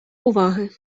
уваги